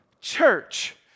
Church